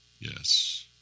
Yes